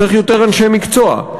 צריך יותר אנשי מקצוע.